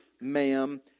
ma'am